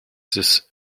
this